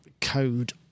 code